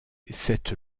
cette